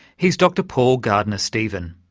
he's dr paul gardner-stephen,